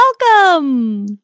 Welcome